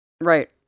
right